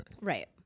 Right